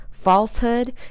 Falsehood